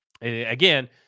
Again